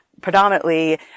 predominantly